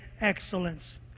excellence